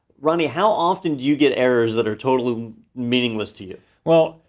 ronnie, how often do you get errors that are totally um meaningless to you? well,